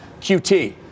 QT